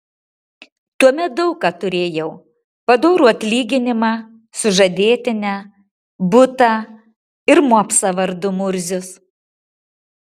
tuomet daug ką turėjau padorų atlyginimą sužadėtinę butą ir mopsą vardu murzius